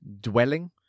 dwelling